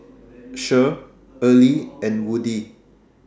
Cher Earley and Woodie